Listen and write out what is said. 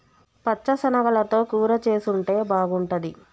పచ్చ శనగలతో కూర చేసుంటే బాగుంటది